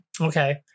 okay